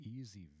easy